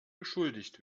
beschuldigt